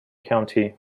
county